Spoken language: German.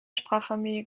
sprachfamilie